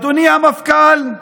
אדוני המפכ"ל,